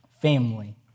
family